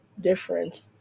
different